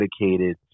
dedicated